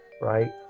right